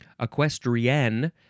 equestrian